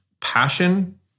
passion